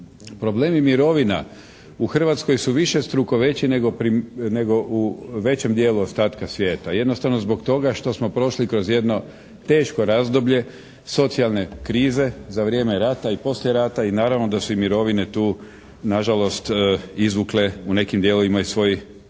Problemi mirovina u Hrvatskoj su višestruko veći nego u većem dijelu ostatka svijeta. Jednostavno zbog toga što smo prošli kroz jedno teško razdoblje socijalne krize za vrijeme rata i poslije rata i naravno da su i mirovine tu nažalost izvukle u nekim dijelovima i svoj kraći